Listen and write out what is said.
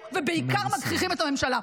אני בכוונה מתעלמת מכם כי אתם מקשקשים קשקושים.